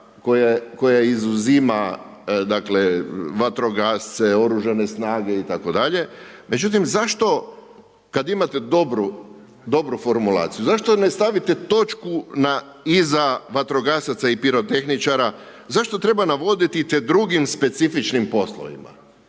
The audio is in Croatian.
koje izuzima vatrogasce, oružane snage, itd. Međutim, zašto kad imate dobro formulaciju zašto ne stavite točku iza vatrogasaca i pirotehničara? Zašto treba navoditi – te drugim specifičnim poslovima?